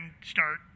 start